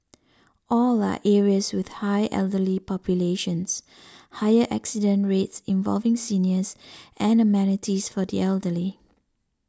all are areas with high elderly populations higher accident rates involving seniors and amenities for the elderly